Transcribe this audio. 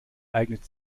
eignet